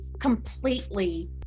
completely